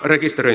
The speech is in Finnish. kolme